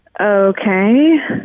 Okay